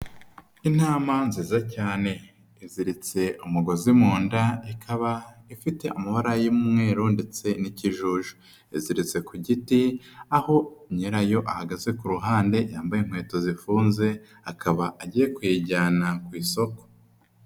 Intama nziza cyane iziritse umugozi mu nda ikaba ifite amabara y'umweru ndetse n'ikijuju, iziretse ku giti aho nyirayo ahagaze ku ruhande yambaye inkweto zifunze akaba agiye kuyijyana ku isoko.